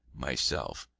myself,